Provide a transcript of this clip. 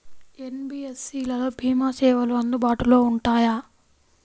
NBFC లలో భీమా సేవలు అందుబాటులో ఉంటాయా?